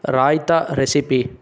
raita recipe